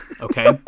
okay